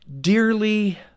dearly